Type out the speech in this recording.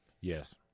Yes